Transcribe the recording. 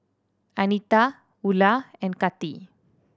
Anita Ula and Kati